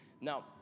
Now